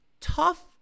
tough